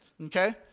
Okay